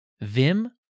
Vim